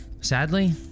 Sadly